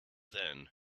then